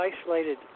isolated